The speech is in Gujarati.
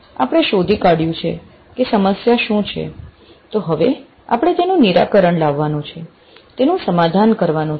આપણે શોધી કાઢ્યું છે કે સમસ્યા શું છે તો હવે આપણે તેનું નિરાકરણ લાવવાનું છે તેનું સમાધાન કરવાનું છે